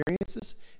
experiences